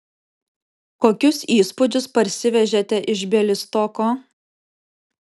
kokius įspūdžius parsivežėte iš bialystoko